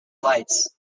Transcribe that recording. flights